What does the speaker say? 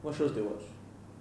what shows they watch